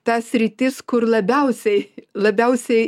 ta sritis kur labiausiai labiausiai